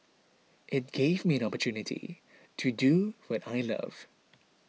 it gave me an opportunity to do what I love